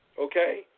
okay